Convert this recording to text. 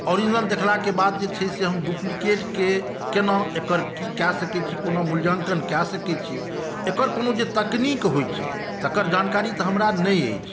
original देखलाके बाद जे छै से हम डुप्लीकेटके केना एकर की कयल जा सकै छी कोना मूल्याङ्कन कयल जा सकै छी एकर कोनो जे तकनीक होइ छै तकर जानकारी तऽ हमरा नहि अछि